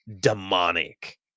demonic